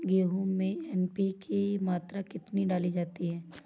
गेहूँ में एन.पी.के की मात्रा कितनी डाली जाती है?